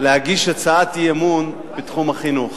להגיש הצעת אי-אמון בתחום החינוך.